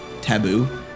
taboo